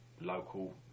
local